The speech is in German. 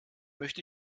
möchte